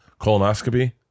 colonoscopy